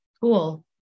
Cool